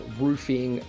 roofing